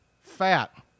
fat